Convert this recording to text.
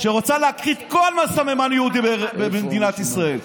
שרוצה להכחיד כל סממן יהודי במדינת ישראל.